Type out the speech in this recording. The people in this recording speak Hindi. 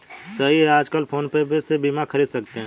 सही है आजकल फ़ोन पे से बीमा ख़रीद सकते हैं